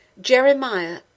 Jeremiah